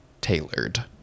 tailored